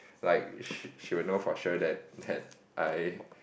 like she she will know for sure that had I